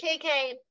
KK